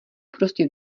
prostě